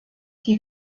die